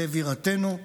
בבירתנו,